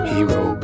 Hero